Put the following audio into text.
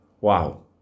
Wow